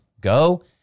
go